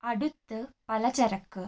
അടുത്ത് പലചരക്ക്